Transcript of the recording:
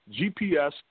GPS